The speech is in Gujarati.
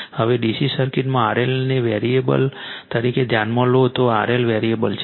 હવે DC સર્કિટમાં RL ને વેરીએબલ તરીકે ધ્યાનમાં લો તો RL વેરીએબલ છે